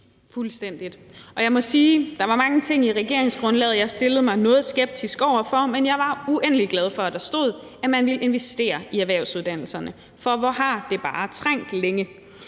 Fuldstændig. Jeg må sige, at der var mange ting i regeringsgrundlaget, jeg stillede mig noget skeptisk over for, men at jeg var uendelig glad for, at der stod, at man ville investere i erhvervsuddannelserne. For hvor har de bare trængt til